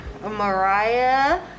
Mariah